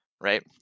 right